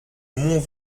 mont